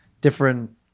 Different